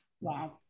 Wow